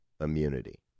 immunity